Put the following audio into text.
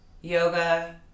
yoga